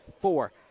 four